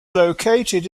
located